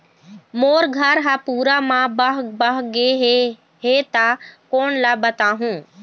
मोर घर हा पूरा मा बह बह गे हे हे ता कोन ला बताहुं?